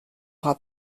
aura